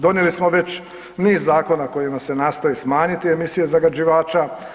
Donijeli smo već niz zakona kojima se nastoji smanjiti emisije zagađivača.